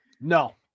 No